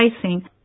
pricing